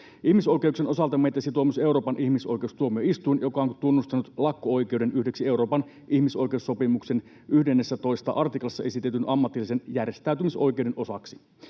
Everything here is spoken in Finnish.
Ihmisoikeuksien osalta meitä sitoo myös Euroopan ihmisoikeustuomioistuin, joka on tunnustanut lakko-oikeuden yhdeksi Euroopan ihmisoikeussopimuksen 11 artiklassa esitetyn ammatillisen järjestäytymisoikeuden osaksi.